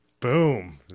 boom